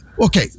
okay